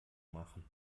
machen